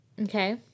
Okay